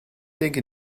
denke